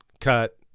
cut